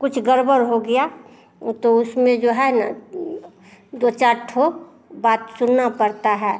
कुछ गड़बड़ हो गया तो उसमें जो है न दो चार ठो बात सुनना पड़ता है